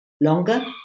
Longer